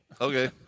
Okay